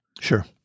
Sure